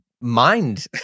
mind